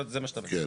זה מה שאתה מבקש.